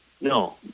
no